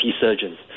surgeons